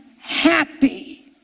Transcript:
happy